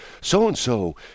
So-and-so